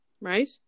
right